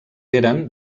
eren